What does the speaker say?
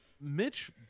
mitch